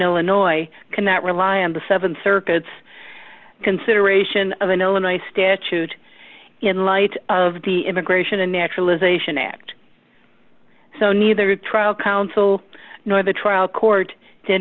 illinois cannot rely on the seven circuits consideration of an illinois statute in light of the immigration and naturalization act so neither trial counsel nor the trial court did